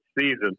season